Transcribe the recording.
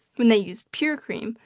when they used pure cream,